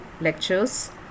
lectures